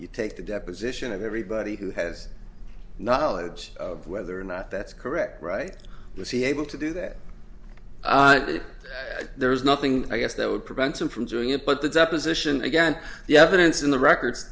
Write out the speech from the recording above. you take the deposition of everybody who has knowledge of whether or not that's correct right was he able to do that that there's nothing i guess that would prevent him from doing it but the deposition again the evidence in the records